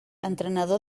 entrenador